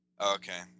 okay